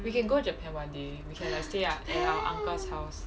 we can go japan one day we can like stay up at our uncle's house